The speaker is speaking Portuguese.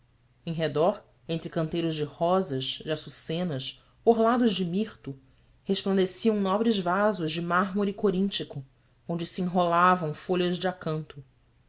em redor entre canteiros de rosas de açucenas orladas de mirto resplandeciam nobres vasos de mármore coríntico onde se enrolavam folhas de acanto